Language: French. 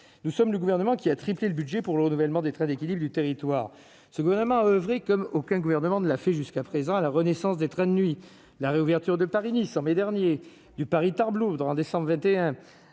nous sommes le gouvernement qui a triplé le budget pour le renouvellement des trains d'équilibre du territoire, ce gouvernement a oeuvré comme aucun gouvernement ne l'a fait jusqu'à présent à la renaissance des trains de nuit, la réouverture de Paris-Nice en mai dernier du Paris-Tarbes-Lourdes rend décembre 21